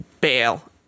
bail